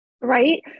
Right